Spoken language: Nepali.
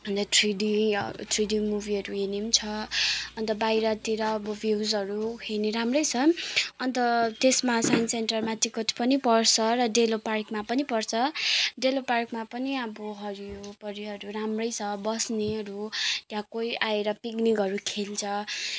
अन्त थ्री डी थ्री डी मुभीहरू हेर्ने पनि छ अन्त बाहिरतिर अब भ्युजहरू हेर्ने राम्रै छ अन्त त्यसमा साइन्स सेन्टरमा टिकट पनि पर्छ र डेलो पार्कमा पनि पर्छ डेलो पार्कमा पनि अब हरियो परियोहरू राम्रै छ बस्नेहरू त्यहाँ कोही आएर पिकनिकहरू खेल्छ